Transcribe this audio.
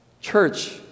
Church